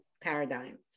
paradigm